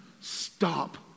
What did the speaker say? stop